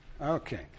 Okay